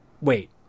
wait